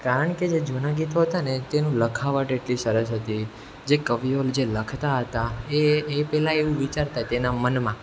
કારણ કે જે જૂના ગીતો હતા ને તેનું લખાવટ એટલી સરસ હતી જે કવિઓ જે લખતા હતા એ એ પહેલાં એવું વિચારતા તેના મનમાં